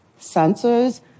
sensors